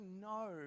no